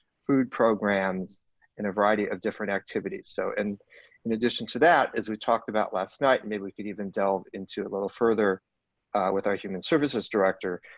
food programs in a variety of different activities. so and in addition to that, as we talked about last night and maybe we can even delve into it a little further with our human services director,